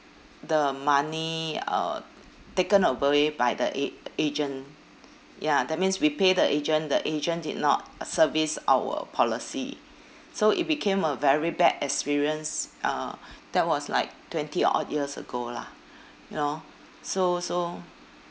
the money uh taken away by the a~ agent ya that means we pay the agent the agent did not service our policy so it became a very bad experience uh that was like twenty odd years ago lah you know so so